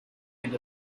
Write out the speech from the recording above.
end